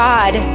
God